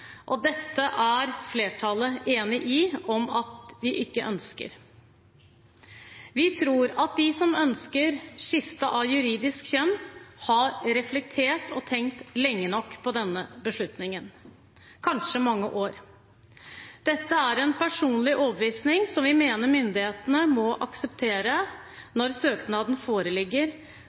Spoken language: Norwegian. og dette er flertallet enige om at de ikke ønsker. Vi tror at de som ønsker skifte av juridisk kjønn, har reflektert og tenkt lenge nok på denne beslutningen – kanskje i mange år. Dette er en personlig overbevisning som vi mener myndighetene må akseptere når søknaden foreligger,